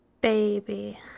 baby